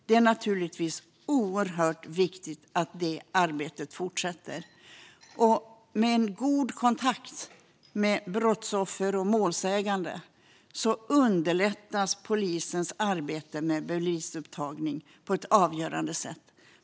Det är oerhört viktigt att det arbetet fortsätter. Med god kontakt med brottsoffer och målsägande underlättas polisens arbete med bevisupptagning på ett avgörande sätt.